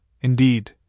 indeed